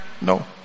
No